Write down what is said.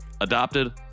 adopted